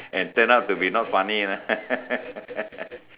and turn out to not be funny lah